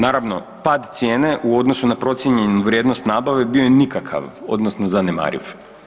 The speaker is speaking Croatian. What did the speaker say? Naravno, pad cijene u odnosu na procijenjenu vrijednost nabave bio je nikakav odnosno zanemariv.